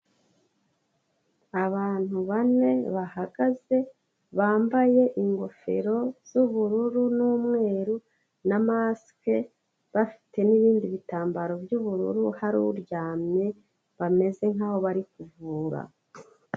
Abantu bane bahagaze, bambaye ingofero z'ubururu n'umweru na masike, bafite n'ibindi bitambaro by'ubururu, hari uryamye bameze nk'aho bari kuvura.